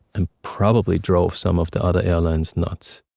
and probably drove some of the other airlines nuts